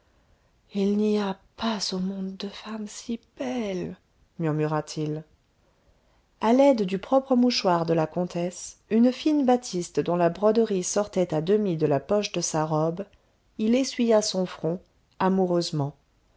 il n'y a pas au monde de femme si belle murmura-t-il a l'aide du propre mouchoir de la comtesse une fine batiste dont la broderie sortait à demi de la poche de sa robe il essuya son front amoureusement